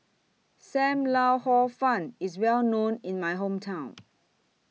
SAM Lau Hor Fun IS Well known in My Hometown